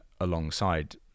alongside